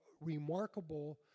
remarkable